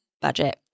budget